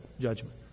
judgment